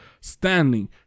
standing